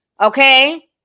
Okay